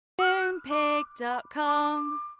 Moonpig.com